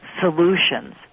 solutions